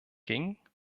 ging